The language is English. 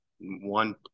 one